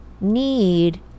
need